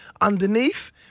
underneath